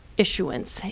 issuance.